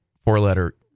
Four-letter